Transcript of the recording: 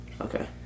okay